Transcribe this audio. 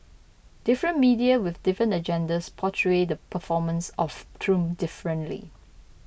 different media with different agendas portray the performance of Trump differently